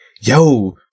yo